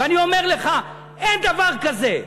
ואני אומר לך: אין דבר כזה.